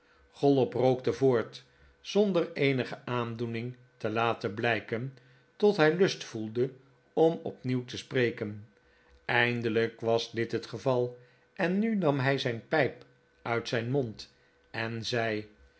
chollop rookte voort zonder eenige aandoening te laten blijken tot hij lust voelde om opnieuw te spreken eindelijk was dit het geval en nu nam hij zijn pijp uit zijn mond en zei